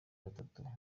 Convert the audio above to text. batatu